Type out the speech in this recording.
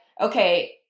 okay